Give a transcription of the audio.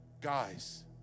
Guys